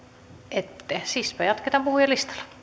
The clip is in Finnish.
ette siispä jatketaan puhujalistalla